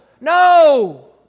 No